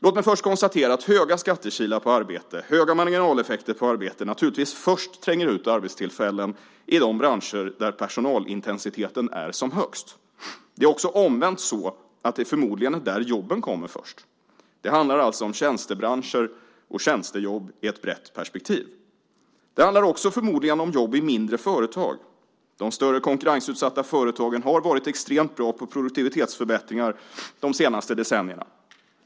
Låt mig först konstatera att höga skattekilar på arbete och höga marginaleffekter på arbete naturligtvis först tränger ut arbetstillfällen i de branscher där personalintensiteten är som högst. Det är också omvänt så att det förmodligen är där jobben kommer först. Det handlar alltså om tjänstebranscher och tjänstejobb i ett brett perspektiv. Det handlar också förmodligen om jobb i mindre företag. De större konkurrensutsatta företagen har varit extremt bra på produktivitetsförbättringar de senaste decennierna.